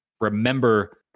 remember